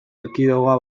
erkidegoa